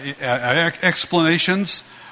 explanations